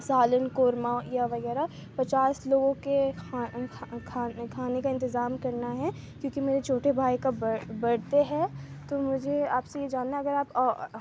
سالن قورمہ یا وغیرہ پچاس لوگوں کے کھاں کھاں کھانے کا انتظام کرنا ہے کیونکہ میرے چھوٹے بھائی کا برتھ ڈے ہے تو مجھے آپ سے یہ جاننا ہے اگر آپ